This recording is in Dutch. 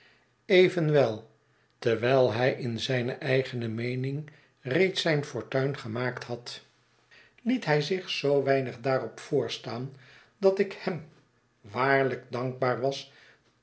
evenwel terwijl hij in zijne eigene meening reeds zijn fortuin gemaakt had liet hij zich zoo weinig daarop voorstaan dat ik hem waarlijk dankbaar was